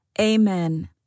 amen